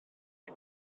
chi